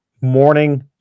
morning